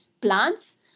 plants